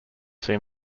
seen